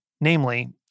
namely